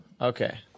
Okay